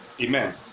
Amen